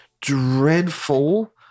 dreadful